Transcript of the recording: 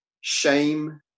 shame